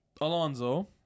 Alonso